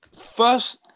first